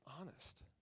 honest